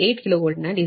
8 KV ಯಲ್ಲಿ 0